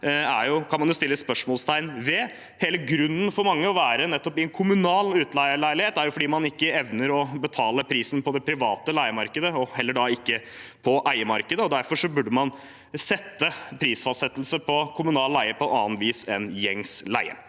er, kan man sette spørsmålstegn ved. Hele grunnen for mange til å være nettopp i en kommunal utleieleilighet, er at man ikke evner å betale prisen på det private leiemarkedet, og da heller ikke på eiemarkedet. Derfor bør man fastsette priser på kommunal leie på annet vis enn gjengs leie.